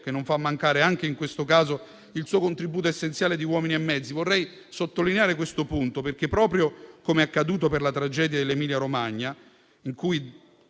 che non fa mancare, anche in questo caso, il suo contributo essenziale di uomini e mezzi. Vorrei sottolineare questo punto perché, per la tragedia dell'Emilia-Romagna (per